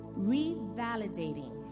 revalidating